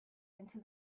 into